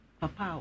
papa